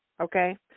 okay